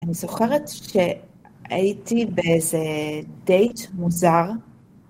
אני זוכרת שהייתי באיזה דייט מוזר.